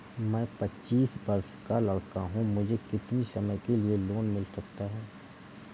मैं पच्चीस वर्ष का लड़का हूँ मुझे कितनी समय के लिए लोन मिल सकता है?